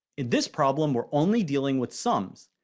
in this problem, we're only dealing with sums.